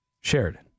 Sheridan